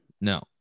No